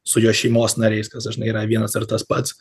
su jo šeimos nariais kas dažnai yra vienas ir tas pats